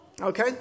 okay